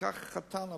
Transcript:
שלקח חתן הביתה.